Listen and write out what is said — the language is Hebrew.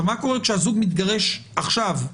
מה קורה כשהזוג מתגרש עכשיו,